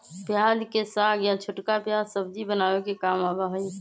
प्याज के साग या छोटका प्याज सब्जी बनावे के काम आवा हई